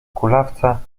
kulawca